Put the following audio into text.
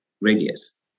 radius